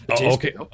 okay